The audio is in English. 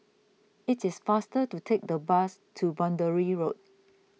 it is faster to take the bus to Boundary Road